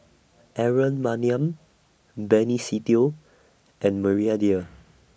Aaron Maniam Benny Se Teo and Maria Dyer